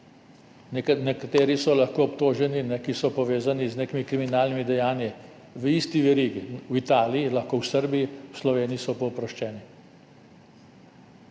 Lahko so obtoženi, nekateri, ki so povezani z nekimi kriminalnimi dejanji, v isti verigi v Italiji, lahko v Srbiji, v Sloveniji so pa oproščeni.